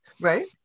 Right